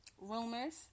rumors